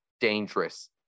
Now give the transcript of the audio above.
Dangerous